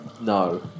No